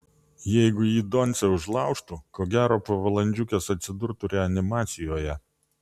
jeigu jį doncė užlaužtų ko gero po valandžiukės atsidurtų reanimacijoje